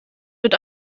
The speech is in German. wird